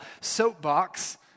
soapbox